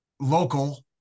local